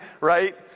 right